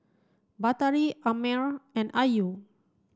Batari Ammir and Ayu